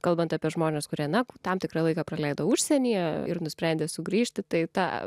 kalbant apie žmones kurie na tam tikrą laiką praleido užsienyje ir nusprendė sugrįžti tai ta